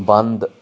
ਬੰਦ